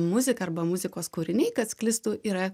muzika arba muzikos kūriniai kad sklistų yra